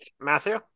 Matthew